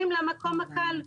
פונים למקום לקל,